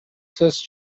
сөз